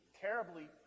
terribly